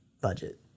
budget